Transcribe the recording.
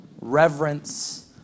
reverence